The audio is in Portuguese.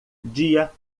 dia